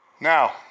Now